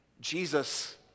Jesus